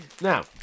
Now